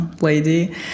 lady